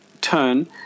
turn